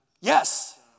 Yes